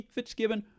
Fitzgibbon